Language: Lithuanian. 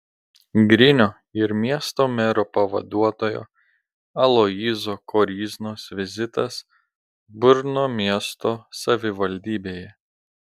grinio ir miesto mero pavaduotojo aloyzo koryznos vizitas brno miesto savivaldybėje